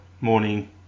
morning